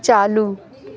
چالو